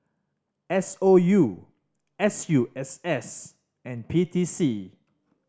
S O U S U S S and P T C